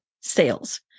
sales